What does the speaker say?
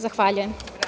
Zahvaljujem.